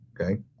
Okay